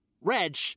Reg